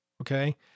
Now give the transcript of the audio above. Okay